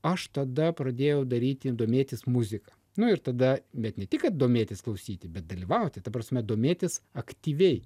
aš tada pradėjau daryti domėtis muzika nu ir tada bet ne tik domėtis klausyti bet dalyvauti ta prasme domėtis aktyviai